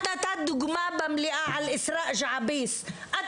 את נתת במליאה דוגמה על אסראא ג'עביס את